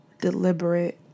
deliberate